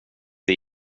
det